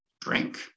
drink